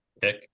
Pick